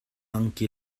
angki